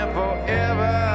forever